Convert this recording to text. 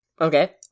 Okay